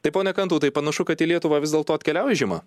tai pone kantautai tai panašu kad į lietuvą vis dėlto atkeliauja žiema